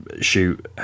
shoot